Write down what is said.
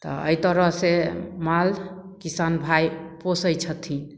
तऽ अइ तरहसँ माल किसान भाय पोसय छथिन